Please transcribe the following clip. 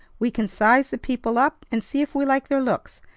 we can size the people up, and see if we like their looks.